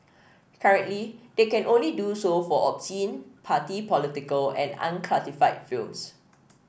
currently they can only do so for obscene party political and unclassified films